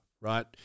right